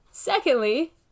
Secondly